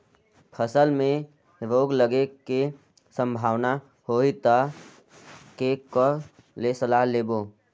फसल मे रोग लगे के संभावना होही ता के कर ले सलाह लेबो?